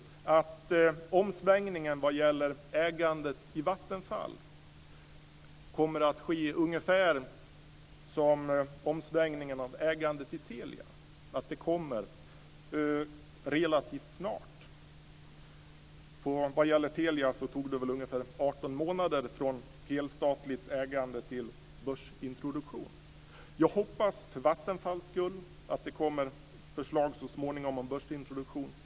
Jag hoppas att omsvängningen när det gäller ägandet i Vattenfall kommer att ske ungefär som omsvängningen när det gäller ägandet i Telia och att den kommer relativt snart. När det gäller Telia tog det väl ungefär 18 månader från helstatligt ägande till börsintroduktion. Jag hoppas för Vattenfalls skull att det kommer ett förslag så småningom om börsintroduktion.